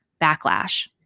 backlash